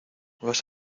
vas